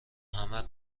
همه